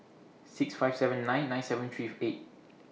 six five seven nine nine seven three eight